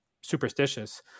superstitious